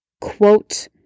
quote